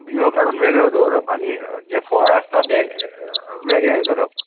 बिंयों काडून वेगळ्यो दवरप आनी जें फळ आसता तें वेगळें करप